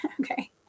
Okay